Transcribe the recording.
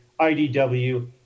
IDW